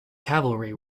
cavalry